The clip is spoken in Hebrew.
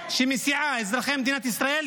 שמסיעה את אזרחי מדינת ישראל,